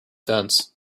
fence